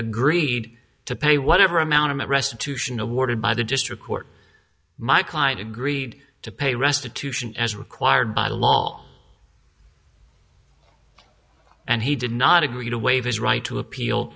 agreed to pay whatever amount of it restitution awarded by the district court my client agreed to pay restitution as required by law and he did not agree to waive his right to appeal